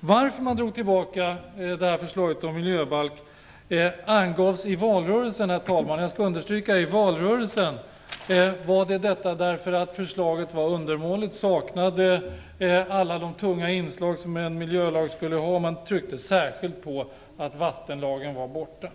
De skäl som angavs i valrörelsen till att man drog tillbaka förslaget om en miljöbalk - jag vill understryka att det gjordes i valrörelsen - var att förslaget var undermåligt och saknade alla de tunga inslag som en miljölag skulle ha. Man tryckte särskilt på att vattenlagen saknades.